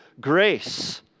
Grace